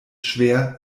schwer